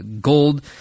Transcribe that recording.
gold